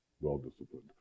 well-disciplined